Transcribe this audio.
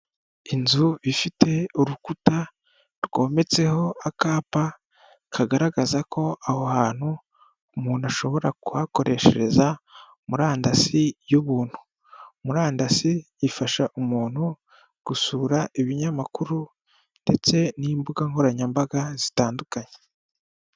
Inzu ifite urukuta rwometseho akapa kagaragaza ko aho hantu umuntu ashobora kuhakoreshereza murandasi y'ubuntu. Murandasi ifasha umuntu gusura ibinyamakuru ndetse n'imbuga nkoranyambaga zitandukanye.